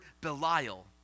belial